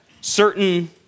certain